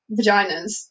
vaginas